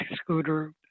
scooter